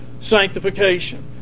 sanctification